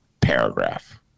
paragraph